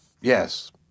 Yes